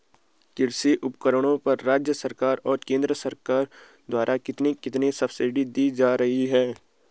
कृषि उपकरणों पर राज्य सरकार और केंद्र सरकार द्वारा कितनी कितनी सब्सिडी दी जा रही है?